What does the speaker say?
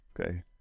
Okay